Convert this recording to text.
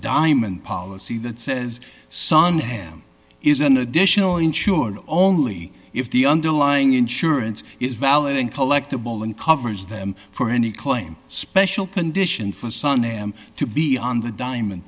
diamond policy that says sun hand is an additional insurer only if the underlying insurance is valid and collectable and covers them for any claim special condition for sun am to be on the diamond